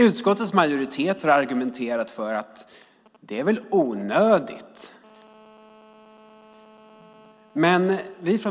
Utskottets majoritet har argumenterat för att det är onödigt.